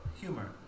humor